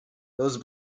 those